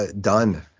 done